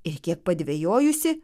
ir kiek padvejojusi